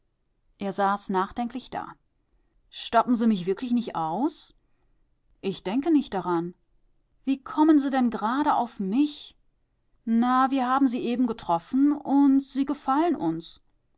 er saß nachdenklich da stoppen se mich wirklich nich aus ich denke nicht daran wie kommen se denn gerade auf mich na wir haben sie eben getroffen und sie gefallen uns